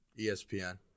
ESPN